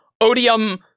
odium